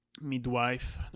midwife